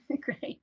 Great